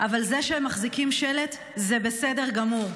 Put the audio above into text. אבל זה שהם מחזיקים שלט זה בסדר גמור,